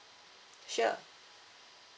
sure